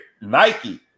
Nike